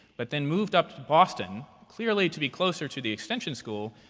but then moved up to boston, clearly to be closer to the extension school,